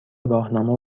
راهنما